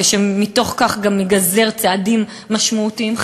ושמתוך כך גם ייגזרו צעדים משמעותיים.